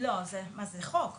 לא, זה החוק.